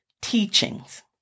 teachings